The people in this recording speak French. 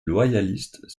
loyalistes